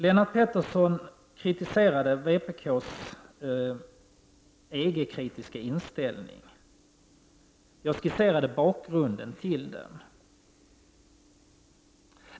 Lennart Pettersson kritiserade vpk-s EG-kritiska inställning. Jag skisserade bakgrunden till den.